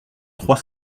trois